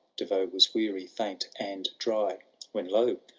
de yaux was weary, faint, and dry when, lo!